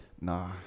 Nah